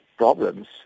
problems